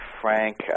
Frank